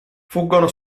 fuggono